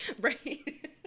Right